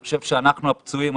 אני חושב שאנחנו הפצועים,